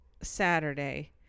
Saturday